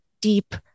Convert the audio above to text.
deep